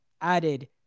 added